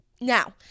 Now